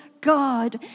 God